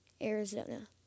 Arizona